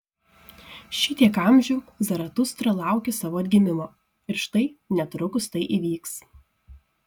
šitiek amžių zaratustra laukė savo atgimimo ir štai netrukus tai įvyks